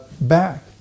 back